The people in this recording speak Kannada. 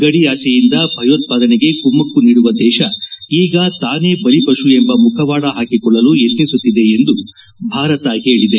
ಗಡಿಯಾಚೆಯಿಂದ ಭಯೋತ್ಸಾದನೆಗೆ ಕುಮಕ್ಕು ನೀಡುವ ದೇಶ ಈಗ ತಾನೇ ಬಲಿಪಶು ಎಂಬ ಮುಖವಾದ ಹಾಕಿಕೊಳ್ಳಲು ಯತ್ತಿಸುತ್ತಿದೆ ಎಂದು ಭಾರತ ಹೇಳದೆ